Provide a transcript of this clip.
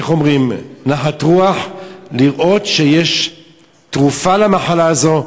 איך אומרים, נחת רוח לראות שיש תרופה למחלה הזו.